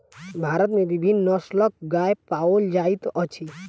भारत में विभिन्न नस्लक गाय पाओल जाइत अछि